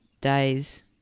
days